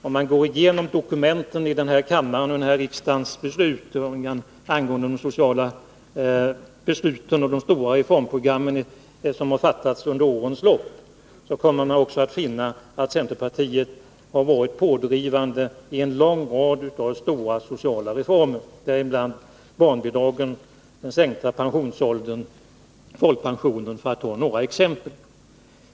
Om man går till dokumenten och ser på de beslut om stora sociala reformprogram som har fattats under årens lopp, kommer man att finna att centerpartiet har varit pådrivande när det gällt en lång rad betydande sociala reformer — barnbidragen, den sänkta pensionsåldern och folkpensionen, för att ta några exempel.